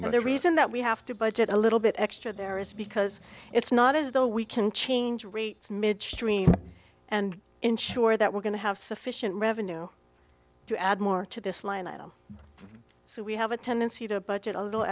the reason that we have to budget a little bit extra there is because it's not as though we can change rates midstream and ensure that we're going to have sufficient revenue to add more to this line item so we have a tendency to budget a little